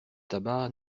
tabac